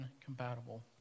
incompatible